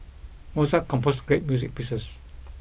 Mozart composed great music pieces